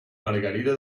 margarida